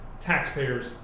taxpayers